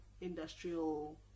industrial